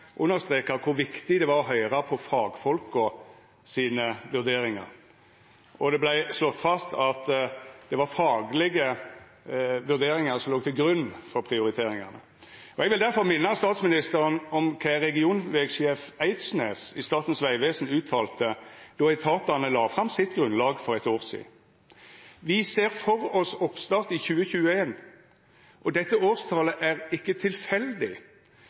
understreka kor viktig det var å høyra på fagfolka sine vurderingar, og det vart slått fast at det var faglege vurderingar som låg til grunn for prioriteringane. Eg vil difor minna statsministeren om kva regionvegsjef Eidsnes i Statens vegvesen uttalte då etatane la fram sitt grunnlag for eitt år sidan: «Vi ser for oss oppstart i 2021, og dette årstalet er ikkje tilfeldig.